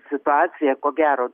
situacija ko gero